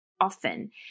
often